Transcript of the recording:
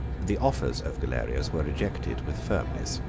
the offers of galerius were rejected with firmness,